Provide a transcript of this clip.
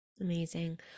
Amazing